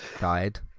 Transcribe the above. died